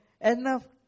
enough